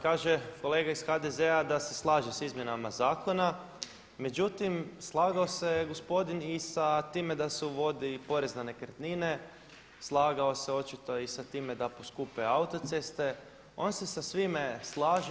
Kaže kolega iz HDZ-a da se slaže s izmjenama zakona, međutim slagao se je gospodin i sa time da se uvodi porez na nekretnine, slagao se očito i sa time da poskupe autoceste, on se sa svime slaže.